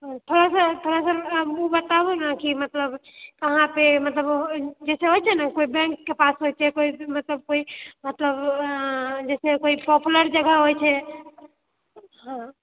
फेर फेर बताबु ने कि मतलब अहाँकेँ मतलब जैसे होइ छै न कोई बैंक के पास होइ छै मतलब कोई मतलब जैसे कोई एहन जगह होइ छै हँ